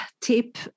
tip